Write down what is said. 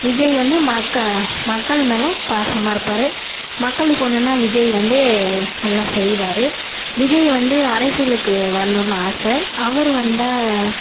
விஜய் வந்து மக்கள் மக்கள் மேல் பாசமாக இருப்பார் மக்களுக்கு ஒன்றுனா விஜய் வந்து எல்லாம் செய்வார் விஜய் வந்து அரசியலுக்கு வரணுன்னு ஆசை அவர் வந்தால்